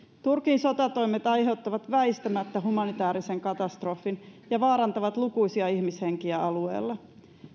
turkin sotatoimet aiheuttavat väistämättä humanitäärisen katastrofin ja vaarantavat lukuisia ihmishenkiä alueella